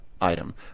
item